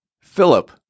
Philip